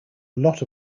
lot